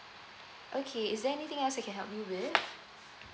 okay is there anything else I can help you with